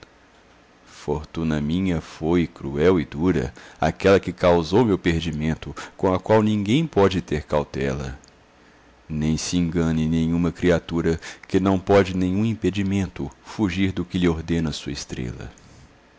fortuna minha foi cruel e dura aquela que causou meu perdimento com a qual ninguém pode ter cautela nem se engane nenhüa criatura que não pode nenhum impedimento fugir do que ordena sua estrela